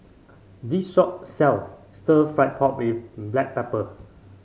this shop sells stir fry pork with Black Pepper